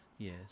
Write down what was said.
Yes